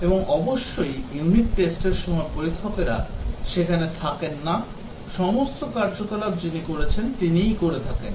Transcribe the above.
এবং অবশ্যই ইউনিট টেস্টের সময় পরীক্ষকেরা সেখানে থাকেন না সমস্ত কার্যকলাপ যিনি তৈরি করেছেন তিনিই করে থাকেন